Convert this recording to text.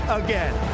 again